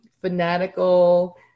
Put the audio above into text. fanatical